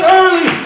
early